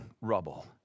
rubble